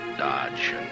Dodge